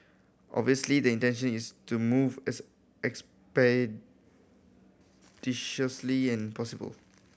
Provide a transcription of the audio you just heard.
obviously the intention is to move as expeditiously as possible